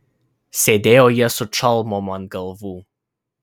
sėdėjo jie su čalmom ant galvų